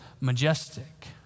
majestic